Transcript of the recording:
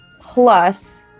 plus